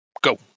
Go